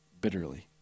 bitterly